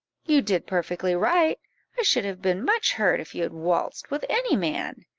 you did perfectly right i should have been much hurt if you had waltzed with any man.